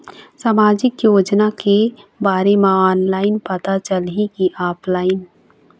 सामाजिक योजना के बारे मा ऑनलाइन पता चलही की ऑफलाइन?